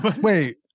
Wait